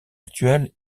actuel